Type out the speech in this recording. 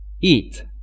eat